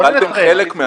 הורדתם חלק.